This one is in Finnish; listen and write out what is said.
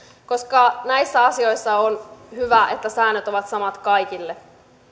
koska näissä asioissa on hyvä että säännöt ovat samat kaikille